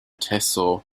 tehsil